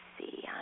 see